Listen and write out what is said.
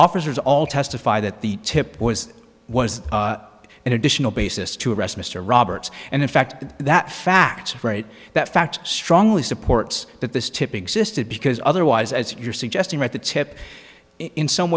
officers all testify that the tip was was an additional basis to arrest mr roberts and in fact that fact right that fact strongly supports that this tip existed because otherwise as you're suggesting right the tip in some